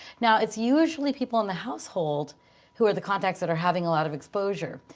now it's usually people in the household who are the contacts that are having a lot of exposure,